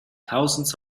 thousands